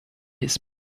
his